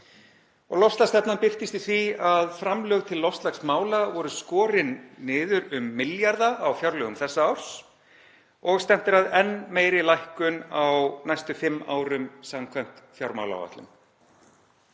og loftslagsstefnan birtist í því að framlög til loftslagsmála voru skorin niður um milljarða á fjárlögum þessa árs og stefnt er að enn meiri lækkun á næstu fimm árum samkvæmt fjármálaáætlun.